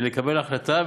לקבל החלטה.